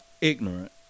ignorant